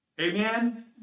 Amen